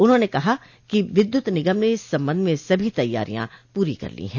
उन्होंने कहा कि विद्युत निगम ने इस संबंध में सभी तैयारियां पूरी कर ली हैं